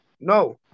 No